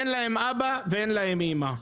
אין להם אבא ואין להם אימא.